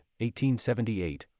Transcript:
1878